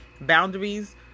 Boundaries